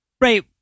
Right